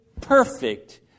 Perfect